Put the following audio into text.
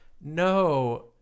No